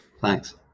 Thanks